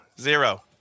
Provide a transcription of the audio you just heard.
Zero